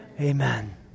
Amen